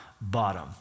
bottom